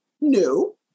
new